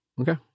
Okay